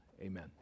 amen